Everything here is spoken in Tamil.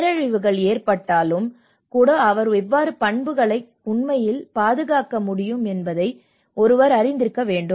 பேரழிவுகள் ஏற்பட்டாலும் கூட அவர் எவ்வாறு பண்புகளை உண்மையில் பாதுகாக்க முடியும் என்பதை ஒருவர் அறிந்திருக்க வேண்டும்